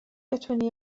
بتونی